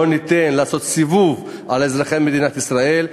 לא ניתן לעשות סיבוב על אזרחי מדינת ישראל,